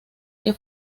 que